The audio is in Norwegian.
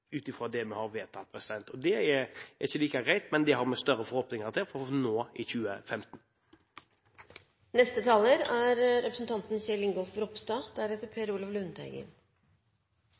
ut ifra det vi har vedtatt. Det er ikke like greit, men det har vi større forhåpninger om å nå i 2015. Jeg vil også få lov til å takke interpellanten for en viktig og spennende interpellasjon. Nå er